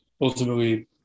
ultimately